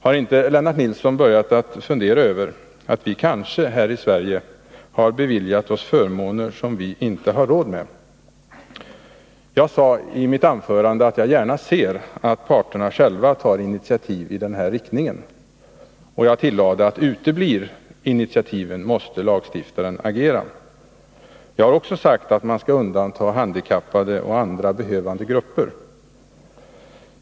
Har inte Lennart Nilsson börjat fundera över att vi här i Sverige kanske har beviljat oss förmåner som vi inte har råd med? Jag sade i mitt anförande att jag gärna ser att parterna själva tar initiativ i den här riktningen, och jag tillade: Uteblir initiativen, måste lagstiftaren agera. Jag har också sagt att man skall undanta handikappade och andra behövande grupper.